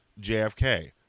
JFK